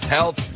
Health